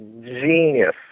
genius